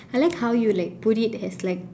I like how you like put it as like